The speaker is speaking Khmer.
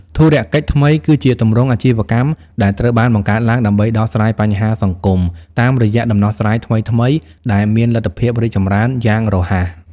ធុរកិច្ចថ្មីគឺជាទម្រង់អាជីវកម្មដែលត្រូវបានបង្កើតឡើងដើម្បីដោះស្រាយបញ្ហាសង្គមតាមរយៈដំណោះស្រាយថ្មីៗដែលមានលទ្ធភាពរីកចម្រើនយ៉ាងរហ័ស។